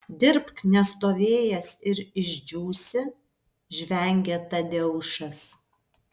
dirbk nestovėjęs ir išdžiūsi žvengia tadeušas